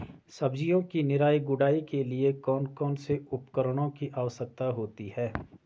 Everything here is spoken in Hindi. सब्जियों की निराई गुड़ाई के लिए कौन कौन से उपकरणों की आवश्यकता होती है?